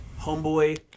homeboy